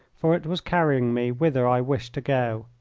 for it was carrying me whither i wished to go.